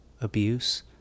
abuse